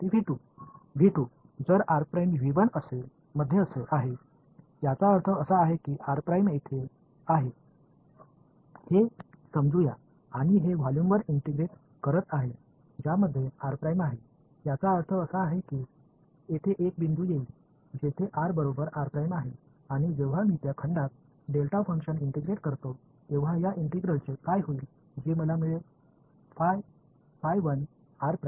மாணவர் r இருந்தால் அதாவது rஎன்பது இங்கே சொல்லலாம் மேலும்r ஐக் கொண்ட அந்த கொள்ளளவை நான் ஒருங்கிணைக்கிறேன் அதாவது r என்பது r க்கு சமமாக இருக்கும் ஒரு புள்ளி இருக்கும் மேலும் அந்த அளவின் மீது டெல்டா செயல்பாட்டை நான் ஒருங்கிணைக்கும்போது நான் பெறும் இந்த ஒருங்கிணைப்புக்கு என்ன நடக்கும்